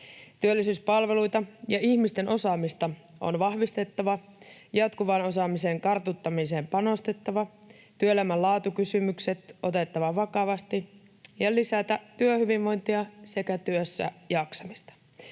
Työllisyyspalveluita ja ihmisten osaamista on vahvistettava, jatkuvan osaamisen kartuttamiseen panostettava, työelämän laatukysymykset otettava vakavasti ja lisätä työhyvinvointia sekä työssä jaksamista.